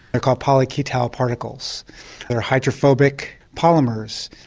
called polyketal particles, they are hydrophobic polymers.